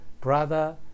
brother